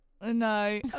No